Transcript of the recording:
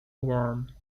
worm